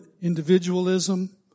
individualism